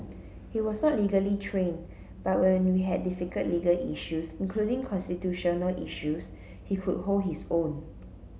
he was not legally trained but when we had difficult legal issues including constitutional issues he could hold his own